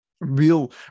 real